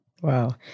Wow